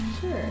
Sure